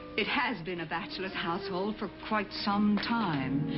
it has been a bachelor's household for quite some time,